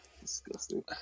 Disgusting